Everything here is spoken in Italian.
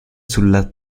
sulla